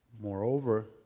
Moreover